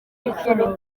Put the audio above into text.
zikenewe